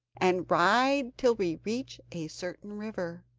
and ride till we reach a certain river.